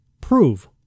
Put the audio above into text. prove